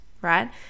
right